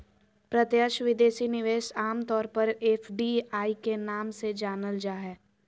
प्रत्यक्ष विदेशी निवेश आम तौर पर एफ.डी.आई के नाम से जानल जा हय